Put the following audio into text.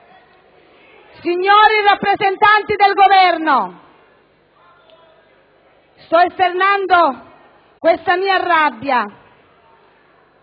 Signori rappresentanti del Governo, sto esternando questa mia rabbia,